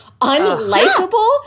unlikable